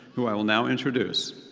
who i will now introduce.